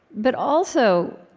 but also,